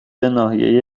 ناحیه